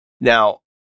Now